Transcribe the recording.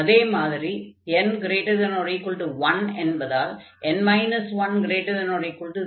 அதே மாதிரி n≥1 என்பதால் n 1≥0